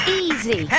easy